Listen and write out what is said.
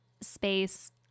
space